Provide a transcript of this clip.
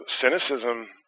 cynicism